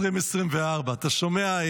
2024. אתה שומע,